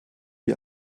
wie